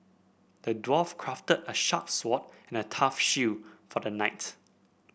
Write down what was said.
the dwarf crafted a sharp sword and a tough shield for the knight